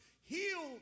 heal